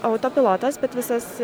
autopilotas bet visas